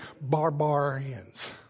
barbarians